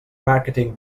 marketing